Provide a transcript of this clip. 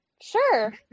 Sure